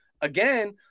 again